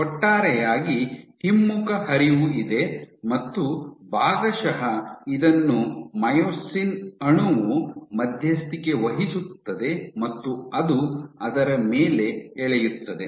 ಒಟ್ಟಾರೆಯಾಗಿ ಹಿಮ್ಮುಖ ಹರಿವು ಇದೆ ಮತ್ತು ಭಾಗಶಃ ಇದನ್ನು ಮೈಯೋಸಿನ್ ಅಣುವು ಮಧ್ಯಸ್ಥಿಕೆ ವಹಿಸುತ್ತದೆ ಮತ್ತು ಅದು ಅದರ ಮೇಲೆ ಎಳೆಯುತ್ತದೆ